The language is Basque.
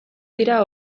dira